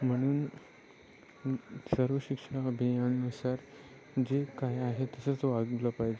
म्हणून सर्व शिक्षा अभियानानुसार जे काय आहे तसंच वागलं पाय